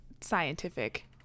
scientific